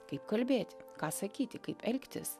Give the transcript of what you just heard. kaip kalbėti ką sakyti kaip elgtis